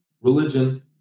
religion